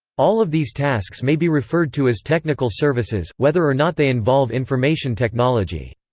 all of these tasks may be referred to as technical services, whether or not they involve information technology.